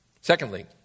Secondly